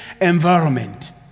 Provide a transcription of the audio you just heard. environment